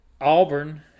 Auburn –